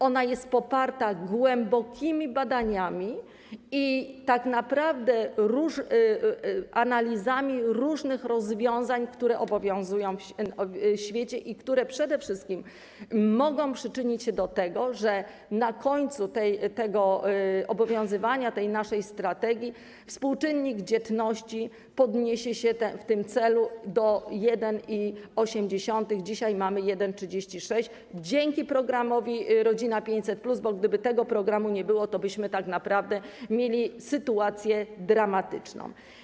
Ona jest poparta głębokimi badaniami i tak naprawdę analizami różnych rozwiązań, które obowiązują w świecie i które przede wszystkim mogą przyczynić się do tego, że na końcu obowiązywania naszej strategii współczynnik dzietności podniesie się w tym celu do 1,8 - dzisiaj mamy 1,36 - dzięki programowi „Rodzina 500+”, bo gdyby tego programu nie było, tobyśmy tak naprawdę mieli sytuację dramatyczną.